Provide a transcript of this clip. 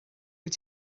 wyt